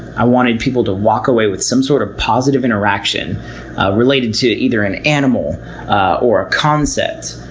i wanted people to walk away with some sort of positive interaction related to either an animal or a concept,